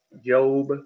Job